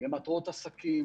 למטרות עסקים,